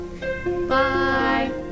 bye